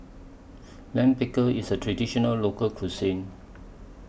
Lime Pickle IS A Traditional Local Cuisine